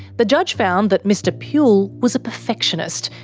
the judge found that mr puhle was a perfectionist,